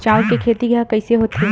चांउर के खेती ह कइसे होथे?